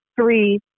Three